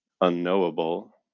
unknowable